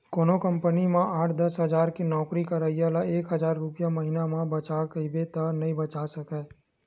कोनो कंपनी म आठ, दस हजार के नउकरी करइया ल एक हजार रूपिया महिना म बचा कहिबे त नइ बचा सकय